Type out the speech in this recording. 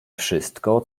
wszystko